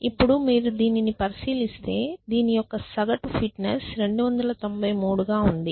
ఇప్పుడు మీరు దీనిని పరిశీలిస్తే దీని యొక్క సగటు ఫిట్నెస్ 293 గా ఉంది